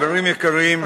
חברים יקרים,